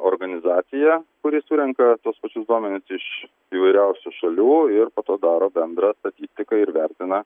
organizaciją kuri surenka tuos pačius duomenis iš įvairiausių šalių ir po to daro bendrą statistiką ir vertina